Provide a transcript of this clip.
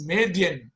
Median